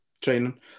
training